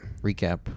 Recap